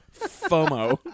FOMO